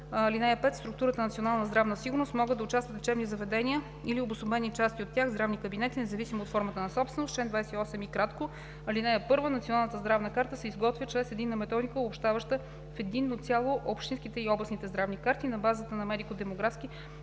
(5) В структура „Национална здравна сигурност“ могат да участват лечебни, здравни заведения или обособени части от тях, здравни кабинети независимо от формата на собственост. Чл. 28й. (1) Националната здравна карта се изготвя чрез единна методика, обобщаваща в единно цяло общинските и областните здравни карти на базата на медико-демографски,